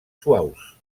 suaus